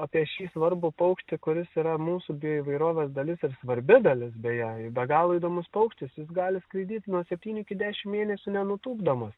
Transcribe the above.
apie šį svarbų paukštį kuris yra mūsų bioįvairovės dalis ir svarbi dalis beje be galo įdomus paukštis jis gali skraidyti nuo septynių iki dešim mėnesių nenutūpdamas